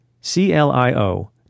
C-L-I-O